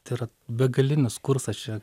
tai yra begalinis kursas čia